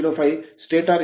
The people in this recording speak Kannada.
825KW ಆಗಿರುತ್ತದೆ